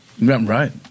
Right